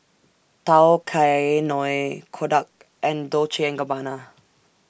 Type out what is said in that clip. Tao Kae Noi Kodak and Dolce and Gabbana